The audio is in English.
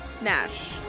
Nash